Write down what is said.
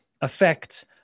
affects